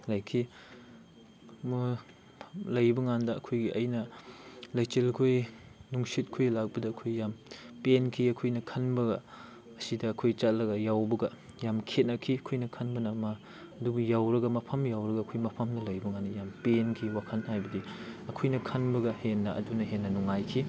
ꯂꯩꯈꯤ ꯂꯩꯕ ꯀꯥꯟꯗ ꯑꯩꯈꯣꯏꯒꯤ ꯑꯩꯅ ꯂꯩꯆꯤꯜꯈꯣꯏ ꯅꯨꯡꯁꯤꯠ ꯈꯣꯏ ꯂꯥꯛꯄꯗ ꯑꯩꯈꯣꯏ ꯌꯥꯝ ꯄꯦꯟꯈꯤ ꯑꯩꯈꯣꯏꯅ ꯈꯟꯕꯒ ꯑꯁꯤꯗ ꯑꯩꯈꯣꯏ ꯆꯠꯂꯒ ꯌꯧꯕꯒ ꯌꯥꯝ ꯈꯦꯠꯅꯈꯤ ꯑꯩꯈꯣꯏꯅ ꯈꯟꯕꯅ ꯑꯃ ꯑꯗꯨꯕꯨ ꯌꯧꯔꯒ ꯃꯐꯝ ꯌꯧꯔꯒ ꯑꯩꯈꯣꯏ ꯃꯐꯝꯗ ꯂꯩꯕ ꯀꯥꯟꯗ ꯌꯥꯝ ꯄꯦꯟꯈꯤ ꯋꯥꯈꯟ ꯍꯥꯏꯕꯗꯤ ꯑꯩꯈꯣꯏꯅ ꯈꯟꯕꯒ ꯍꯦꯟꯅ ꯑꯗꯨꯅ ꯍꯦꯟꯅ ꯅꯨꯡꯉꯥꯏꯈꯤ